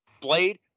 blade